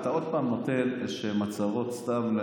אתה עוד פעם נותן איזשהן הצהרות סתם,